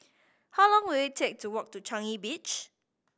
how long will it take to walk to Changi Beach